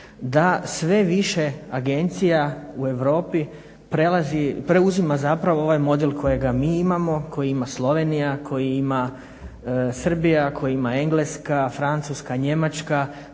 Da sve više agencija u Europi prelazi, preuzima zapravo ovaj model kojega mi imamo, koji ima Slovenija, koji ima Srbija, koji ima Engleska, Francuska, Njemačka.